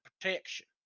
protection